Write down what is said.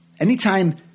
Anytime